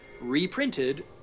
reprinted